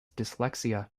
dyslexia